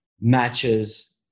matches